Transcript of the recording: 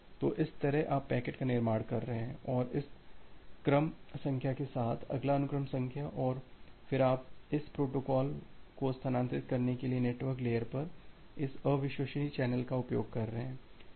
तो इस तरह आप पैकेट का निर्माण कर रहे हैं और इस क्रम संख्या के साथ अगला अनुक्रम संख्या और फिर आप इस प्रोटोकॉल को स्थानांतरित करने के लिए नेटवर्क लेयर पर इस अविश्वसनीय चैनल का उपयोग कर रहे हैं